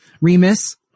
Remus